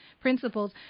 Principles